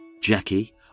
Jackie